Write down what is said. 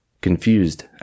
Confused